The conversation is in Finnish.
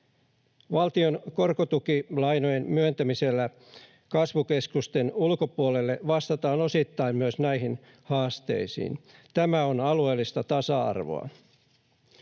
Valtion korkotukilainojen myöntämisellä kasvukeskusten ulkopuolelle vastataan osittain myös näihin haasteisiin. Tämä on alueellista tasa-arvoa.